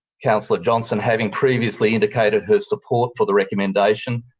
councillor johnston, having previously indicated her support for the recommendation,